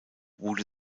wurde